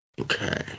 Okay